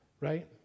right